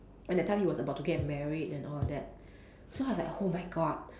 and that time he was about to get married and all that so I was like oh my god